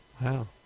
wow